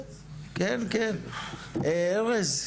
ארז,